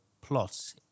plot